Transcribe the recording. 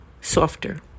softer